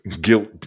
guilt